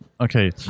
Okay